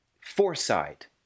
foresight